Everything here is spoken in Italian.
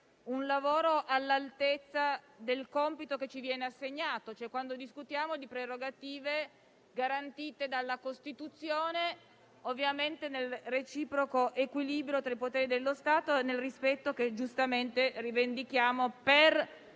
un lavoro all'altezza del compito che ci viene assegnato, cioè quando discutiamo di prerogative garantite dalla Costituzione, ovviamente nel reciproco equilibrio tra poteri dello Stato e nel rispetto, che giustamente rivendichiamo, per